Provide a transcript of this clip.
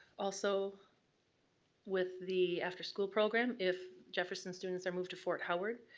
also with the after-school program, if jefferson students are moved to fort howard,